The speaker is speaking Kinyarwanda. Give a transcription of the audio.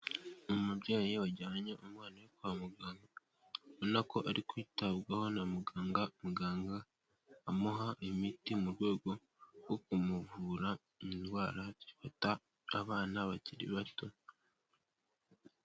Umubyeyi wajyanye umwana we kwa muganga, ubona ko ari kwitabwaho na muganga, muganga amuha imiti mu rwego rwo kumuvura indwara zifata abana bakiri bato.